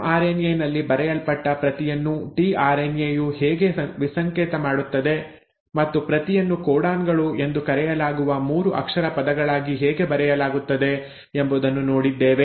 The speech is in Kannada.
ಎಮ್ಆರ್ಎನ್ಎ ನಲ್ಲಿ ಬರೆಯಲ್ಪಟ್ಟ ಪ್ರತಿಯನ್ನು ಟಿಆರ್ಎನ್ಎ ಯು ಹೇಗೆ ವಿಸಂಕೇತ ಮಾಡುತ್ತದೆ ಮತ್ತು ಪ್ರತಿಯನ್ನು ಕೋಡಾನ್ ಗಳು ಎಂದು ಕರೆಯಲಾಗುವ 3 ಅಕ್ಷರ ಪದಗಳಾಗಿ ಹೇಗೆ ಬರೆಯಲಾಗುತ್ತದೆ ಎಂಬುದನ್ನು ನೋಡಿದ್ದೇವೆ